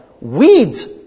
weeds